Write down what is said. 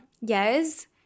Yes